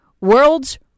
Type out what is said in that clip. World's